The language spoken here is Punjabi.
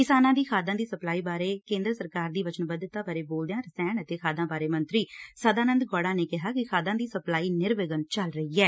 ਕਿਸਾਨਾਂ ਦੀ ਖਾਦਾਂ ਦੀ ਸਪਲਾਈ ਕਰਨ ਬਾਰੇ ਕੇਂਦਰ ਸਰਕਾਰ ਦੀ ਵਚਨਬੱਧਤਾ ਬਾਰੇ ਬੋਲਦਿਆਂ ਰਸਾਇਣ ਅਤੇ ਖਾਦਾਂ ਬਾਰੇ ਮੰਤਰੀ ਸਦਾਨੰਦ ਗੌੜਾ ਨੇ ਕਿਹਾ ਕਿ ਖਾਦਾਂ ਦੀ ਸਪਲਾਈ ਨਿਰਵਿਘਨ ਚੱਲ ਰਹੀ ਐ